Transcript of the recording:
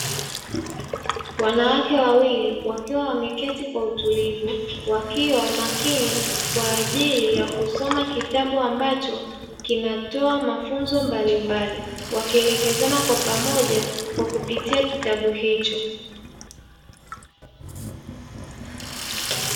Wanawake wawili wakiwa wameketi kwa utulivu, wakiwa makini kwa ajili ya kusoma kitabu ambacho kinatoa mafunzo mbalimbali, wakielekezana kwa pamoja kwa kupitia kitabu hicho.